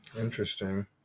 interesting